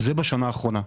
זה בשנה האחרונה.